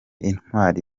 intwari